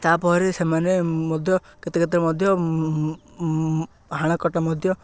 ତା'ପରେ ସେମାନେ ମଧ୍ୟ କେତେ କେତେ ମଧ୍ୟ ହାଣା କଟା ମଧ୍ୟ